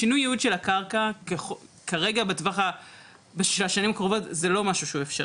שינוי היעוד של הקרקע כרגע בשנים הקרובות זה לא משהו שהוא אפשרי,